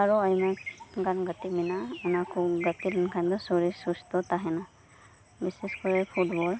ᱟᱨᱚ ᱟᱭᱢᱟ ᱜᱟᱛᱮ ᱠᱚ ᱢᱮᱱᱟᱜᱼᱟ ᱚᱱᱟ ᱠᱚᱢ ᱜᱟᱛᱮ ᱞᱮᱱᱠᱷᱟᱱ ᱫᱚ ᱥᱚᱨᱤᱨ ᱥᱩᱥᱛᱷᱚ ᱛᱟᱦᱮᱸᱱᱟ ᱵᱤᱥᱮᱥ ᱠᱚᱨᱮ ᱯᱷᱩᱴᱵᱚᱞ